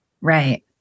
Right